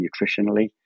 nutritionally